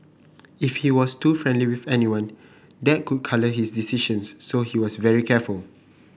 if he was too friendly with anyone that could colour his decisions so he was very careful